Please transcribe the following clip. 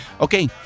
Okay